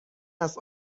است